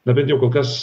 na bent jau kol kas